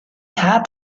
had